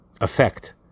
effect